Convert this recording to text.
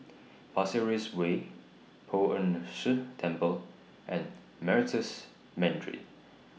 Pasir Ris Way Poh Ern Shih Temple and Meritus Mandarin